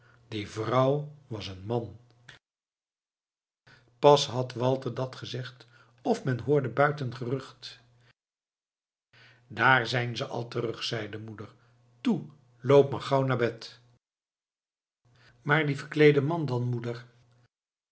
die vrouw was een man pas had walter dat gezegd of men hoorde buiten gerucht daar zijn ze al terug zeide de moeder toe loop maar gauw naar bed maar die verkleede man dan moeder